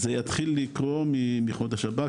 זה יתחיל מחודש הבא,